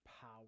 power